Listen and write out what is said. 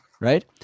Right